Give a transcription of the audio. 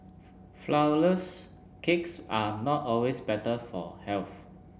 flourless cakes are not always better for health